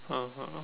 (uh huh)